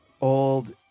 old